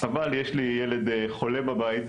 אבל יש לי ילד חולה בבית,